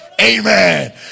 Amen